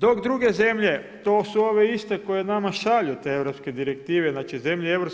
Dok druge zemlje, to su ove iste koje nama šalju te europske direktive, znači zemlje EU-a